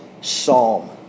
psalm